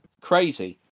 crazy